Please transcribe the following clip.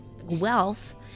wealth